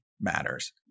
matters